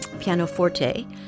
pianoforte